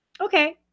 okay